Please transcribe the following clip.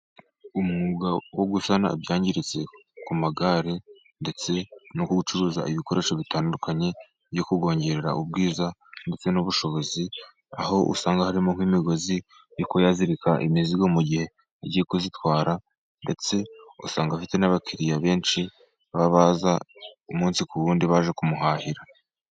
Umwuga wo gusana ibyangiritse ku magare ndetse no gucuruza ibikoresho bitandukanye byo kuyongerera ubwiza ndetse n'ubushobozi. Aho usanga harimo nk'imigozi yo kuyazirika imizigo mu gihe igiye kuzitwara ndetse usanga afite n'abakiriya benshi bababaza umunsi ku wundi baje kumuhahira.